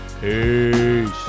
peace